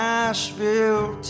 Nashville